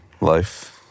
life